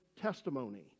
testimony